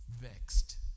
vexed